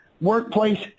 workplace